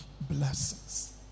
blessings